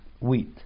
wheat